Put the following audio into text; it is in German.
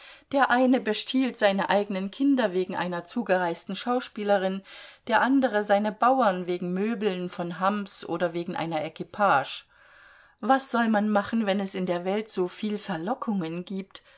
der eine bestiehlt seine eigenen kinder wegen einer zugereisten schauspielerin der andere seine bauern wegen möbeln von hambs oder wegen einer equipage was soll man machen wenn es in der welt so viel verlockungen gibt